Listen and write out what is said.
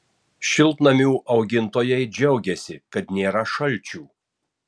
šiltnamių augintojai džiaugiasi kad nėra šalčių